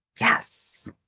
yes